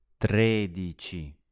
tredici